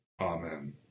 Amen